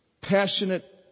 passionate